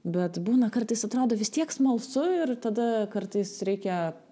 bet būna kartais atrodo vis tiek smalsu ir tada kartais reikia